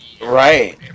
Right